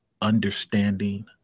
understanding